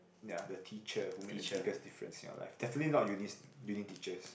ya the teacher who made the biggest difference in your life definitely not uni uni teachers